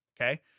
okay